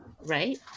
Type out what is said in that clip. right